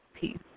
Peace